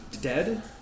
dead